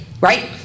Right